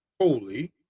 holy